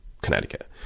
Connecticut